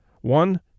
One